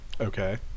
Okay